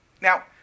Now